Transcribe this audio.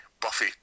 Buffy